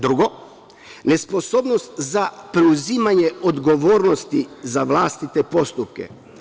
Drugo, nesposobnost za preuzimanje odgovornosti za vlastite postupke.